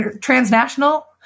transnational